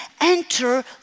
enter